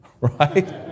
Right